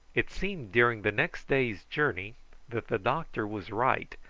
it seemed during the next day's journey that the doctor was right,